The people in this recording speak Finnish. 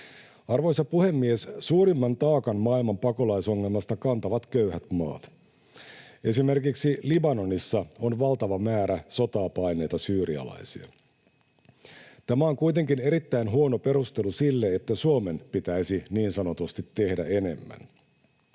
Arvoisa puhemies! Suurimman taakan maailman pakolaisongelmasta kantavat köyhät maat. Esimerkiksi Libanonissa on valtava määrä sotaa paenneita syyrialaisia. Tämä on kuitenkin erittäin huono perustelu sille, että Suomen pitäisi niin sanotusti tehdä enemmän.